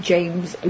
James